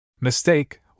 Mistake